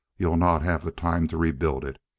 you'll not have the time to rebuild it.